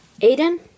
Aiden